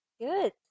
Good